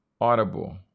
Audible